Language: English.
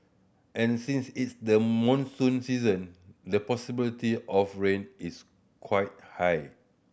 and since it's the monsoon season the possibility of rain is quite high